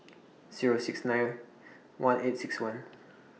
Zero six nine one eight six one